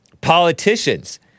Politicians